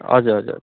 हजुर हजुर हजुर